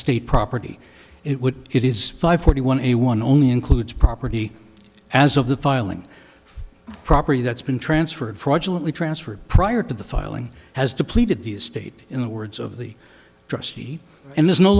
state property it would it is five forty one a one only includes property as of the filing property that's been transferred fraudulently transferred prior to the filing has depleted the estate in the words of